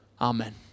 Amen